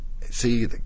see